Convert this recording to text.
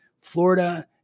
Florida